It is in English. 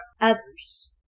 others